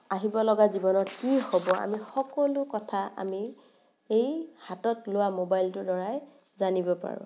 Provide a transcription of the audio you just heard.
আহিবলগা জীৱনত কি হ'ব আমি সকলো কথা আমি এই হাতত লোৱা মোবাইলটোৰ দ্বাৰাই জানিব পাৰোঁ